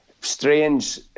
Strange